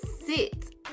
sit